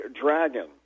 dragon